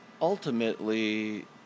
ultimately